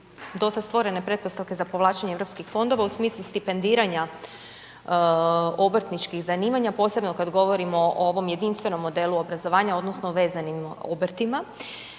do sada stvorene pretpostavke za povlačenje europskih fondova u smislu stipendiranja obrtničkih zanimanja, posebno kada govorimo o ovom jedinstvenom modelu obrazovanja odnosno vezanim obrtima.